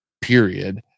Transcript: period